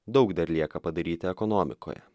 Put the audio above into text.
daug dar lieka padaryti ekonomikoje